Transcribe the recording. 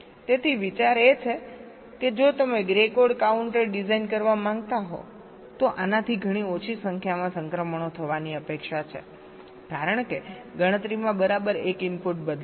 તેથી વિચાર એ છે કે જો તમે ગ્રે કોડ કાઉન્ટર ડિઝાઇન કરવા માંગતા હો તો આનાથી ઘણી ઓછી સંખ્યામાં સંક્રમણો થવાની અપેક્ષા છે કારણ કે ગણતરીમાં બરાબર એક ઇનપુટ બદલાશે